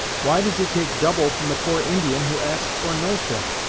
why does he take double from the poor indian who ask for no thing.